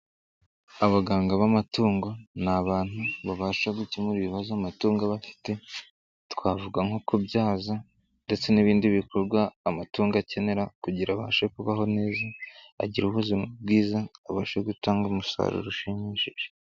Abaganga b'amatungo n'abantu babasha gukemura ibibazo amatungo aba afite, twavuga nko kubyaza ndetse n'ibindi bikorwa amatungo akenera kugira abashe kubaho neza, agira ubuzima bwiza abashe gutanga umusaruro ushimishije.